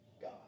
God